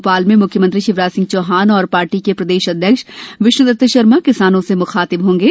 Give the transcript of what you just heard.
भोपाल में मुख्यमंत्री शिवराज सिंह चौहान और पार्टी के प्रदेश अध्यक्ष विष्णु दत्त शर्मा किसानों से मुखातिब होंगे